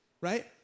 right